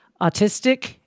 autistic